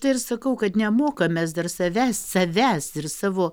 tai ir sakau kad nemokam mes dar savęs savęs ir savo